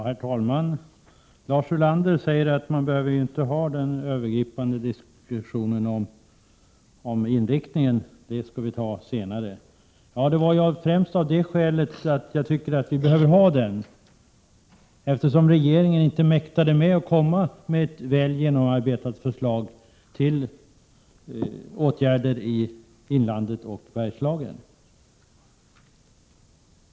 Herr talman! Lars Ulander säger att man inte behöver ha den övergripande diskussionen om inriktningen nu. Den skall komma senare. Men det var främst av det skälet jag tycker att vi behöver ha den nu, eftersom regeringen inte har mäktat med att komma med ett väl genomarbetat förslag till åtgärder i inlandet och Bergslagen.